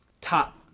top